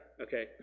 okay